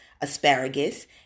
asparagus